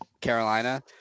Carolina